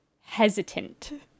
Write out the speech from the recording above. hesitant